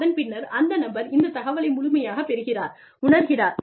அதன் பின்னர் அந்த நபர் இந்த தகவலை முழுமையாக பெறுகிறார் உணர்கிறார்